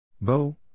Bo